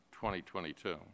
2022